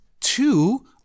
Two